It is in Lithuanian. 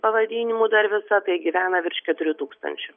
pavadinimu dar visa tai gyvena virš keturių tūkstančių